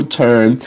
turn